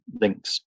links